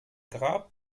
grab